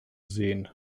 sehen